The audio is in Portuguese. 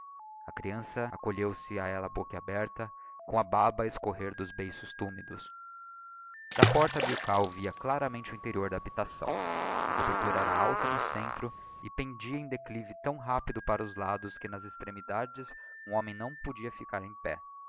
a creança acolheu se a ella boquiaberta com a baba á escorrer dos beiços túmidos da porta milkau via claramente o interior da habitação a cobertura era alta no centro e pendia em declive tão rápido para os lados que nas extremidades um homem não podia íicar em pé